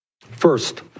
First